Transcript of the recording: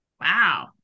Wow